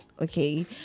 okay